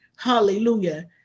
Hallelujah